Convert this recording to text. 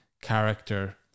character